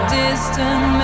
distant